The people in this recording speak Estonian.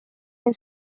mil